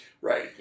Right